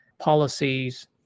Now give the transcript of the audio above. policies